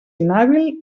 inhàbil